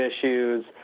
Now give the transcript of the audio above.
issues